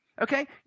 Okay